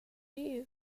you